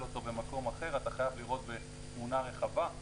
אותו במקום אחר ואתה חייב לראות תמונה רחבה,